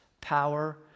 power